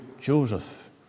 Joseph